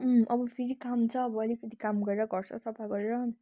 अँ अब फेरि काम छ अब अलिकति काम गरेर घरसर सफा गरेर